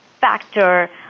factor